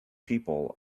people